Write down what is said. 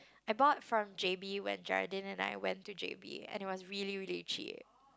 I bought from J_B when Geraldine and I went to J_B and it was really really cheap